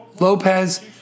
Lopez